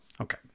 okay